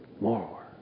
more